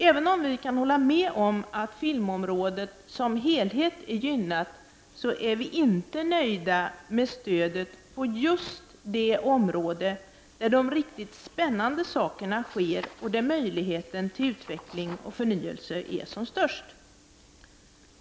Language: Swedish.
Även om vi håller med om att filmmrådet som helhet är gynnat, är vi inte helt nöjda med stödet på just det område där de riktigt spännande sakerna sker och där möjligheten till utveckling och förnyelse är som störst.